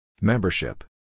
Membership